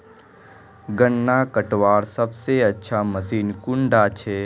गन्ना कटवार सबसे अच्छा मशीन कुन डा छे?